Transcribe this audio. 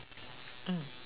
mm